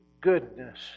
goodness